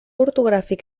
ortogràfic